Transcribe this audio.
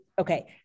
okay